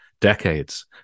decades